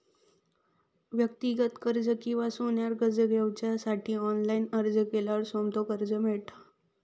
व्यक्तिगत कर्ज किंवा सोन्यार कर्ज घेवच्यासाठी ऑनलाईन अर्ज केल्यार सोमता कर्ज मेळता